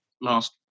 last